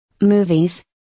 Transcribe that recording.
Movies